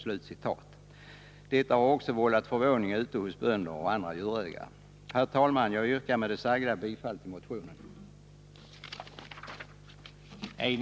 Detta har vållat förvåning ute hos bönder och andra djurägare. Herr talman! Jag yrkar med det sagda bifall till motionen.